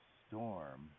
storm